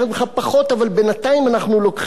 אבל בינתיים אנחנו לוקחים ממך יותר,